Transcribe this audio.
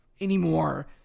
anymore